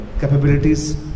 capabilities